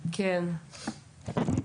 בבקשה.